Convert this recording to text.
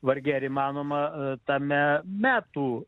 vargiai ar įmanoma tame metų